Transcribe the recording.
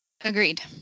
Agreed